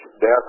death